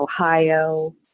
Ohio